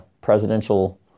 presidential